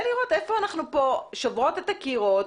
לראות איפה אנחנו פה שוברות את הקירות,